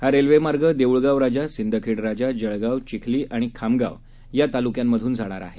हा रेल्वेमार्ग देऊळगावराजा सिंदखेडराजा जळगाव चिखली आणि खामगाव या तालुक्यांमधून जाणार आहे